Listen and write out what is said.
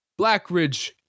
Blackridge